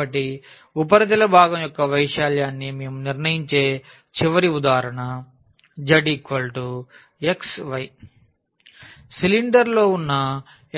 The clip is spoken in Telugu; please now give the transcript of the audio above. కాబట్టి ఉపరితల భాగం యొక్క వైశాల్యాన్ని మేము నిర్ణయించే చివరి ఉదాహరణ z xy సిలిండర్లో ఉన్న